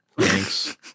thanks